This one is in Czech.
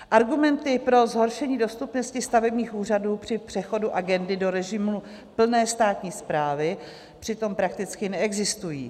Argumenty pro zhoršení dostupnosti stavebních úřadů při přechodu agendy do režimu plné státní správy přitom prakticky neexistují.